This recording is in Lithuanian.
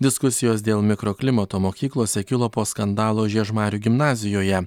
diskusijos dėl mikroklimato mokyklose kilo po skandalo žiežmarių gimnazijoje